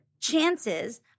chances